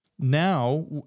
Now